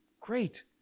Great